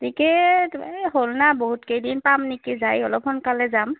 ticket এই হ'ল না বহুত কেইদিন পাম নেকি যাই অলপ সোনকালে যাম